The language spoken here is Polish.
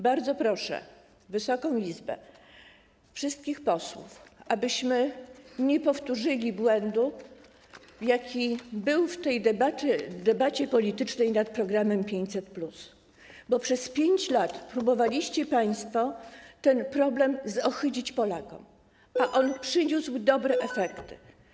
Bardzo proszę Wysoką Izbę, wszystkich posłów, abyśmy nie powtórzyli błędu, jaki był w tej debacie politycznej nad programem 500+, bo przez 5 lat próbowaliście państwo ten problem zohydzić Polakom, a on przyniósł dobre efekty.